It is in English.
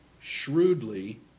shrewdly